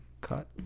cut